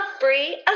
free